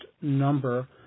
number